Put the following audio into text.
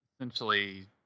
essentially